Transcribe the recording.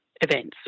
events